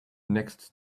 next